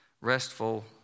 restful